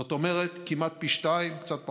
זאת אומרת, כמעט פי שניים, קצת פחות.